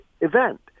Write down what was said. event